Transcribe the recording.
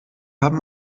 haben